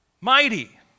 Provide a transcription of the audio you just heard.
mighty